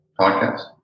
podcast